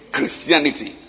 Christianity